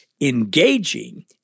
engaging